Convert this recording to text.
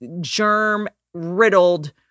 germ-riddled